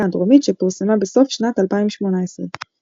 הדרומית שפורסמה בסוף שנת 2018. מיקומי שיא נתוני מכירות